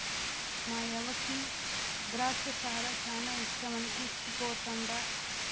మాయవ్వకి ద్రాచ్చ సారా శానా ఇష్టమని తీస్కుపోతండా